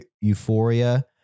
euphoria